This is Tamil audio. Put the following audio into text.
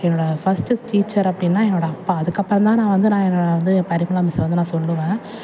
என்னோட ஃபர்ஸ்ட்டு டீச்சர் அப்படினா என்னோட அப்பா அதுக்கு அப்புறம் தான் நான் வந்து நான் என்னோட வந்து பரிமளா மிஸ்ஸை வந்து நான் சொல்லுவேன்